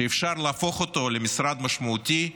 שבהתייחסות נכונה לתפקיד אפשר להפוך אותו למשרד משמעותי.